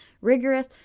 rigorous